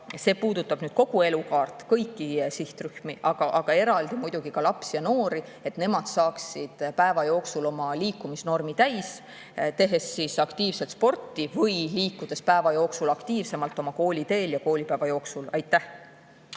See puudutab kogu elukaart, kõiki sihtrühmi, aga eraldi muidugi lapsi ja noori, et nemad saaksid päeva jooksul oma liikumisnormi täis, tehes aktiivselt sporti või liikudes päeva jooksul aktiivsemalt oma kooliteel ja koolipäeva jooksul. Aitäh